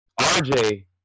RJ